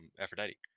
Aphrodite